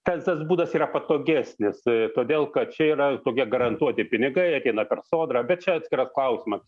tas tas būdas yra patogesnis todėl kad čia yra tokie garantuoti pinigai ateina per sodrą bet čia atskiras klausimas